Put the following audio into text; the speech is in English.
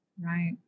Right